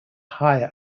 higher